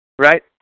right